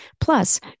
Plus